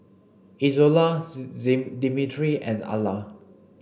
Izola Dimitri and Alla